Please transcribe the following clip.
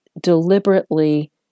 deliberately